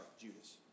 Judas